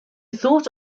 thought